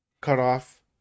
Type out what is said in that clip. cutoff